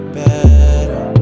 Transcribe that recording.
better